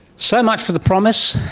so much for the promise,